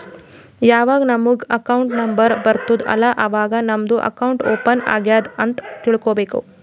ಯಾವಾಗ್ ನಮುಗ್ account number ಬರ್ತುದ್ ಅಲ್ಲಾ ಅವಾಗೇ ನಮ್ದು ಅಕೌಂಟ್ ಓಪನ್ ಆಗ್ಯಾದ್ ಅಂತ್ ತಿಳ್ಕೋಬೇಕು